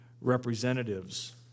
representatives